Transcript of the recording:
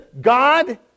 God